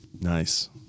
Nice